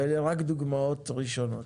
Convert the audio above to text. אלה רק דוגמאות ראשונות.